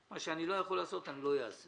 מה שאני לא יכול לעשות אני לא אעשה